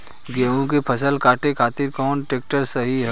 गेहूँ के फसल काटे खातिर कौन ट्रैक्टर सही ह?